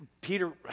Peter